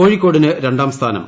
കോഴിക്കോടിന് രണ്ടാം സ്ഥാനം